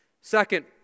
Second